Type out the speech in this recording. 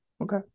Okay